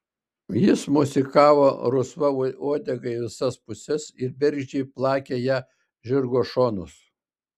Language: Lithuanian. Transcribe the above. jis mosikavo rusva uodega į visas puses ir bergždžiai plakė ja žirgo šonus